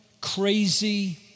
crazy